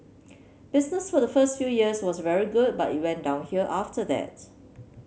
business for the first few years was very good but it went downhill after that